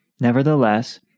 Nevertheless